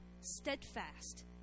steadfast